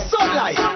Sunlight